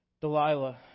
Delilah